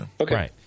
Okay